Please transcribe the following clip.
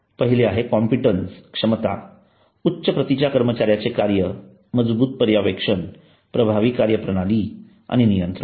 पहिले आहे कॉम्पिटन्स क्षमता उच्च प्रतीच्या कर्मचाऱ्यांचे कार्य मजबूत पर्यावेक्षण प्रभावी कार्यप्रणाली आणि नियंत्रण